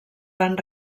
van